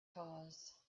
cause